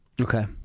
Okay